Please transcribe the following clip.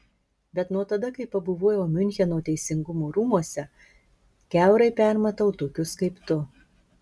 bet nuo tada kai pabuvojau miuncheno teisingumo rūmuose kiaurai permatau tokius kaip tu